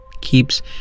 Keeps